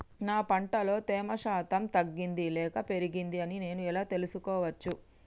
నా పంట లో తేమ శాతం తగ్గింది లేక పెరిగింది అని నేను ఎలా తెలుసుకోవచ్చు?